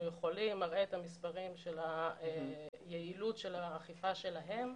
יכולים ומראה את המספרים של היעילות של האכיפה שלהם.